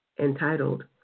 entitled